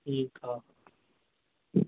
ठीकु आहे